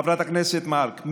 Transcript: חברת הכנסת מארק,